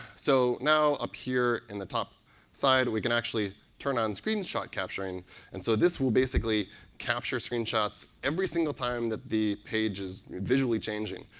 so now up here in the top side we can actually turn on screen shot capturing and so this will basically capture screen shots every single time that the page is visually changing.